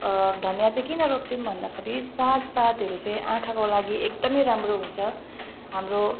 धनियाँ चाहिँ किन रोप्छौँ भन्दाखेरि सागपातहरू चाहिँ आँखाको लागि एकदमै राम्रो हुन्छ हाम्रो